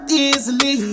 easily